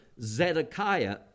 Zedekiah